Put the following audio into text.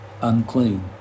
unclean